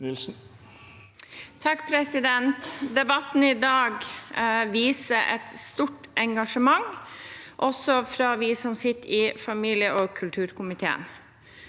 (A) Debatten i dag viser et stort engasjement, også fra oss som sitter i familie- og kulturkomiteen.